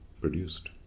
produced